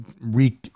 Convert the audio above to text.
re